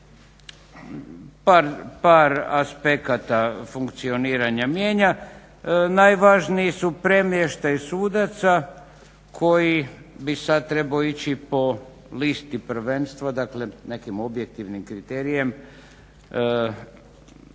par aspekata funkcioniranja mijenja. Najvažniji su premještaj sudaca koji bi sada trebao ići po listi prvenstva dakle nekim objektivnim kriterijem